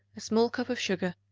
a small cup of sugar,